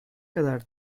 kadar